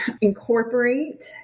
incorporate